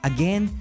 Again